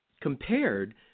compared